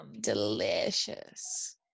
delicious